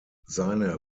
seine